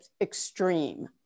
extreme